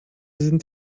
sind